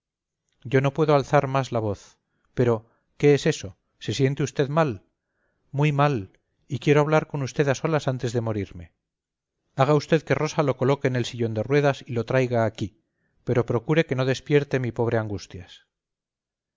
yo no puedo alzar más la voz pero qué es eso se siente usted mal muy mal y quiero hablar con usted a solas antes de morirme haga usted que rosa lo coloque en el sillón de ruedas y lo traiga aquí pero procure que no despierte mi pobre angustias